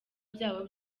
byabo